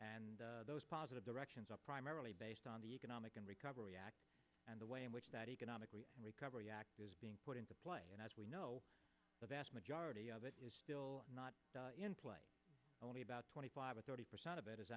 and those positive directions are primarily based on the economic recovery act and the way in which that economic recovery act is being put into play and as we know the vast majority of it is still not in play only about twenty five or thirty percent of it